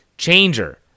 changer